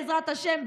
בעזרת השם,